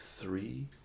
three